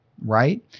right